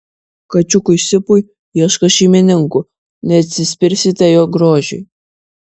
kačiukui sipui ieško šeimininkų neatsispirsite jo grožiui